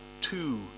two